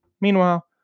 meanwhile